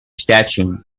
statue